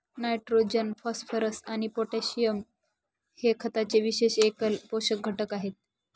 nitrogen, phosphorus आणि potassium हे खताचे विशेष एकल पोषक घटक आहेत